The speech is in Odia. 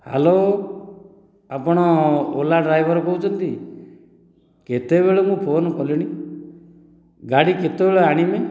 ହ୍ୟାଲୋ ଆପଣ ଓଲା ଡ୍ରାଇଭର କହୁଛନ୍ତି କେତେବେଳୁ ମୁଁ ଫୋନ କଲିଣି ଗାଡ଼ି କେତେବେଳେ ଆଣିବେ